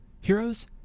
Heroes